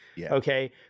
okay